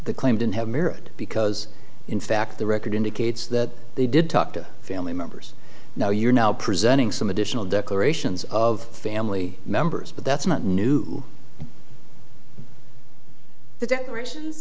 the claim didn't have merit because in fact the record indicates that they did talk to family members now you're now presenting some additional declarations of family members but that's not new the declarations